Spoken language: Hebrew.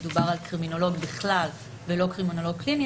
מדובר על קרימינולוג בכלל ולא קרימינולוג קליני,